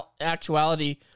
actuality